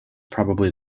probably